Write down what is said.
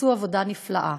עשו עבודה נפלאה.